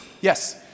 Yes